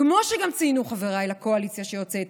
כמו שגם ציינו חבריי לקואליציה שיוצאת,